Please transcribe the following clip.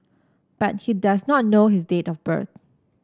but he does not know his date of birth